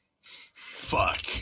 Fuck